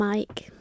Mike